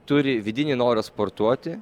turi vidinį norą sportuoti